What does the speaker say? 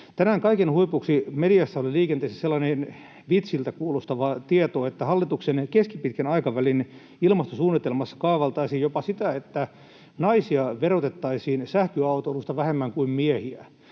Tänään kaiken huipuksi mediassa oli liikenteestä sellainen vitsiltä kuulostava tieto, että hallituksen keskipitkän aikavälin ilmastosuunnitelmassa kaavailtaisiin jopa sitä, että naisia verotettaisiin sähköautoilusta vähemmän kuin miehiä.